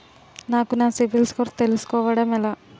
నాకు నా సిబిల్ స్కోర్ తెలుసుకోవడం ఎలా?